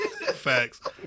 Facts